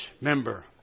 member